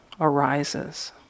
arises